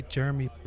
Jeremy